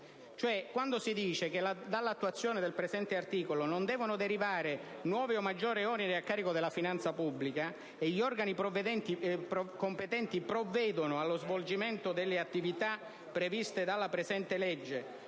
cioè, si dice che dall'attuazione del presente articolo non devono derivare nuovi o maggiori oneri a carico della finanza pubblica e che gli organi competenti provvedono allo svolgimento delle attività previste dalla presente legge,